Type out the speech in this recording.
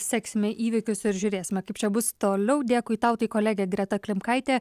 seksime įvykius ir žiūrėsime kaip čia bus toliau dėkui tau tai kolegė greta klimkaitė